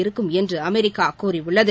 இருக்கும் என்று அமெரிக்கா கூறியுள்ளது